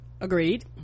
agreed